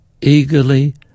Eagerly